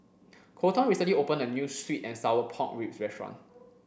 Kolton recently opened a new sweet and sour pork ribs restaurant